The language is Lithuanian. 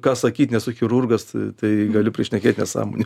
ką sakyt nesu chirurgas tai galiu prišnekėt nesąmonių